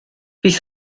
bydd